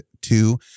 two